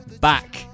back